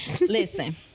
Listen